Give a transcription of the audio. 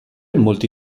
molti